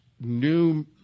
new